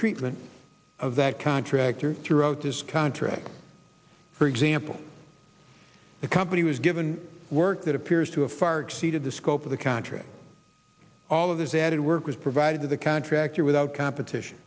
treatment of that contractor throughout this contract for example the company was given work that appears to have far exceeded the scope of the contract all of this added work was provided to the contractor without competition